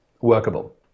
workable